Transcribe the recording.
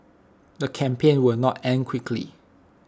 the campaign will not end quickly